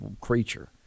creature